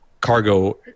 cargo